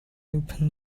open